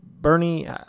Bernie